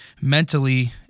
mentally